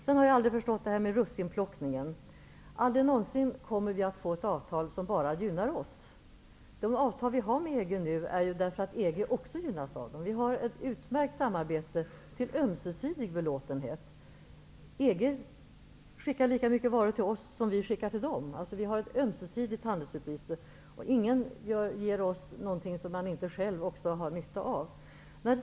Det där med russsinplockningen har jag aldrig förstått. Aldrig någonsin kommer vi att få ett avtal som bara gynnar oss. Vi får dessa avtal därför att EG också gynnas av dem. Vi har ett utmärkt samarbete till ömsesidig belåtenhet. EG-länderna skickar lika mycket varor till oss som vi skickar till dem. Vi har alltså ett ömsesidigt handelsutbyte -- ingen ger oss någonting som man inte själv har nytta av att ge.